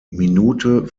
minute